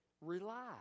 Rely